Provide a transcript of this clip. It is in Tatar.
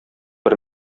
бер